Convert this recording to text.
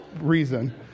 reason